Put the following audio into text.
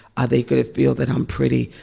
are they going to feel that i'm pretty?